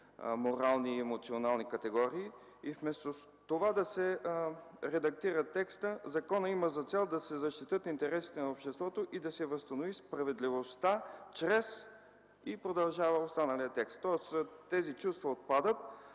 морални и емоционални категории. А вместо това да се редактира текстът „законът има за цел да се защитят интересите на обществото и да се възстанови справедливостта чрез...” и продължава останалият текст. Тоест, тези чувства отпадат.